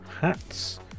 hats